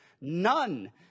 None